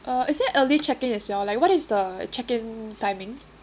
uh is there early check-in as well like what is the check-in timing